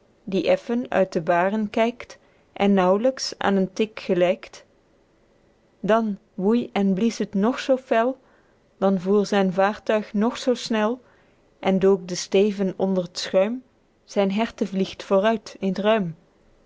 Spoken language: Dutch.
die effen uit de baren kykt en nauwlyks aen een tik gelykt dan woei en blies het ng zoo fel dan voer zyn vaertuig ng zoo snel en dook de steven onder t schuim zyn herte vliegt vooruit in t ruim